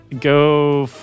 Go